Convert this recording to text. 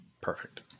Perfect